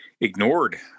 ignored